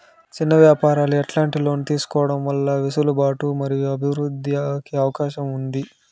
చిన్న వ్యాపారాలు ఎట్లాంటి లోన్లు తీసుకోవడం వల్ల వెసులుబాటు మరియు అభివృద్ధి కి అవకాశం ఉంది?